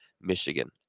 michigan